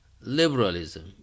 liberalism